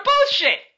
bullshit